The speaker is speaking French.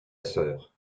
sœur